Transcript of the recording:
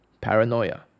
paranoia